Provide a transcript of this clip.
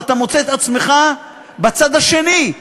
ואתה מוצא את עצמך בצד השני,